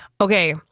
Okay